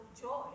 joy